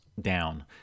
down